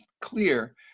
clear